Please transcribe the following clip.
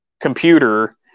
computer